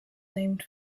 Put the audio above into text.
named